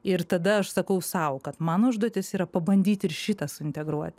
ir tada aš sakau sau kad mano užduotis yra pabandyt ir šitą suintegruot